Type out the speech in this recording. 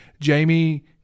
Jamie